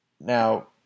Now